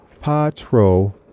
Patro